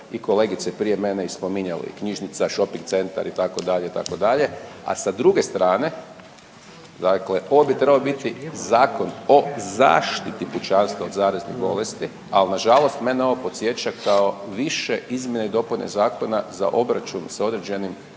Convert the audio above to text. i kolegice prije mene i spominjali knjižnica, šoping centar itd., itd., a sa druge strane ovo bi trebao biti zakon o zaštiti pučanstva od zaraznih bolesti, ali nažalost mene ovo podsjeća kao više izmjene i dopune zakona za obračun s određenim